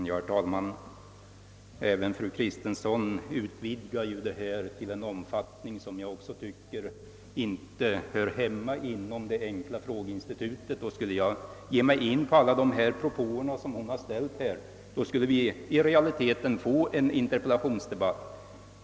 Herr talman! Även fru Kristensson utvidgar diskussionen till en omfattning, som inte faller inom ramen för det enkla frågeinstitutet. Om jag skulle ta upp alla de saker hon tog upp, finge vi i realiteten en interpellationsdebatt.